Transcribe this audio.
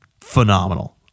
Phenomenal